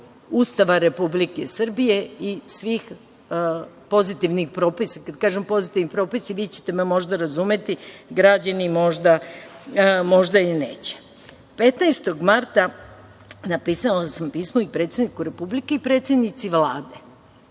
Ustava Republike Srbije i svih pozitivnih propisa. Kada kažem pozitivnih propisa, vi ćete me možda razumeti, građani možda i neće. Marta 15. napisala sam pismo i predsedniku Republike i predsednici Vlade